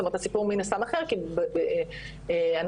זאת אומרת הסיפור מן הסתם אחר כי אנחנו מסתכלות,